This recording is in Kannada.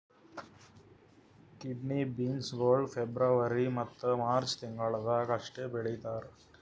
ಕಿಡ್ನಿ ಬೀನ್ಸ್ ಗೊಳ್ ಫೆಬ್ರವರಿ ಮತ್ತ ಮಾರ್ಚ್ ತಿಂಗಿಳದಾಗ್ ಅಷ್ಟೆ ಬೆಳೀತಾರ್